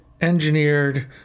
engineered